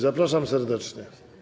Zapraszam serdecznie.